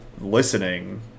listening